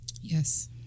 Yes